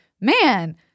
man